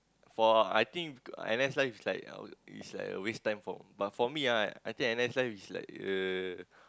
for I think N_S life is like all is like a waste time but for me ah I think N_S life is like uh